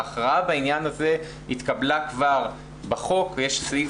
ההכרעה בעניין הזה התקבלה כבר בחוק ויש את סעיף